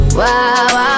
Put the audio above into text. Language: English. wow